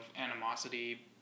animosity